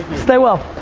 stay well.